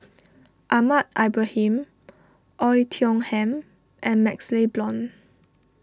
Ahmad Ibrahim Oei Tiong Ham and MaxLe Blond